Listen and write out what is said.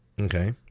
Okay